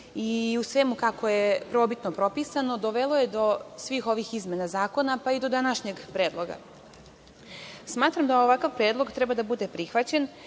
i u svemu kako je prvobitno propisano, dovelo je do svih ovih izmena zakona, pa i do današnjeg predloga. Smatram da ovakav predlog treba da bude prihvaćen